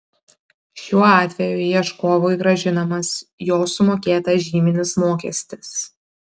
šiuo atveju ieškovui grąžinamas jo sumokėtas žyminis mokestis